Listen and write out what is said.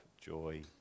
joy